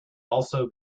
also